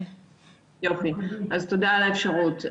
על האפשרות.